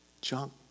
junk